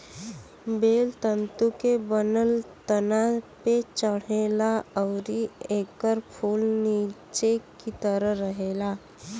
बेल तंतु के बनल तना पे चढ़ेला अउरी एकर फूल निचे की तरफ रहेला